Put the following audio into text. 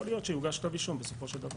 יכול להיות שיוגש כתב אישום בסופו של דבר.